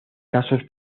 casos